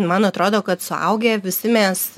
man atrodo kad suaugę visi mes